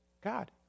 God